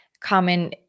common